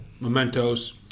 Mementos